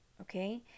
okay